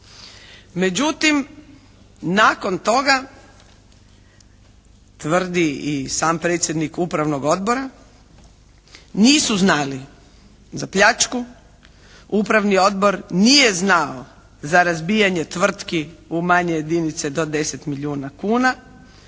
Međutim, nakon toga tvrdi i sam predsjednik Upravnog odbora nisu znali za pljačku. Upravni odbor nije znao za razbijanje tvrtki u manje jedinice do deset milijuna kuna.